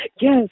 Yes